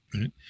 Right